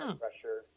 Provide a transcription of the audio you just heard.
pressure